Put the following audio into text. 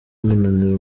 umunaniro